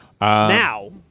Now